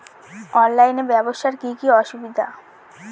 অনলাইনে ব্যবসার কি কি অসুবিধা?